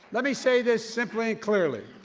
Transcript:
let me say this simply clearly,